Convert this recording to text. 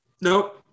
nope